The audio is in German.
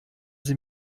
sie